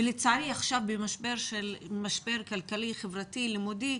ולצערי עכשיו במשבר כלכלי-חברתי-לימודי,